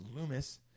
Loomis